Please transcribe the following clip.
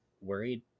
worried